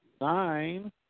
nine